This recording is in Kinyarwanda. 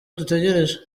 dutegereje